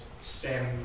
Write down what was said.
stem